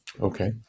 Okay